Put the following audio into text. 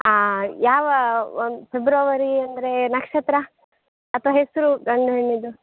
ಹಾಂ ಯಾವ ಒಂದು ಫೆಬ್ರವರಿ ಅಂದರೆ ನಕ್ಷತ್ರ ಅತ್ವ ಹೆಸರು ಗಂಡು ಹೆಣ್ಣಿನದು